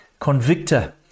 convictor